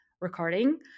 recording